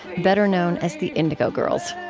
better known as the indigo girls.